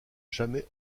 jamais